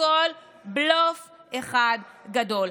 הכול בלוף אחד גדול.